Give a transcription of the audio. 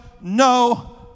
no